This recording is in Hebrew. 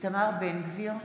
איתמר בן גביר,